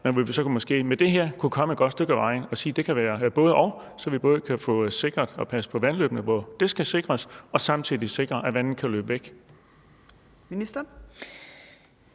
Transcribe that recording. med det her komme et godt stykke ad vejen og sige, at det kan være både-og, så vi både kan få sikret vandløbene og passet på dem, hvor det skal ske, og samtidig sikre, at vandet kan løbe væk?